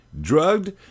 drugged